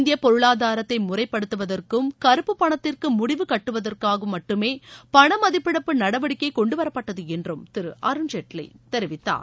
இந்திய பொருளாதாரத்தை முறைப்படுத்துவதற்கும் கருப்பு பணத்திற்கு முடிவு கட்டுவதற்காகவும் மட்டுமே பணமதிப்பிழப்பு நடவடிக்கை கொண்டுவரப்பட்டது என்றும் திரு அருண்ஜேட்லி தெரிவித்தார்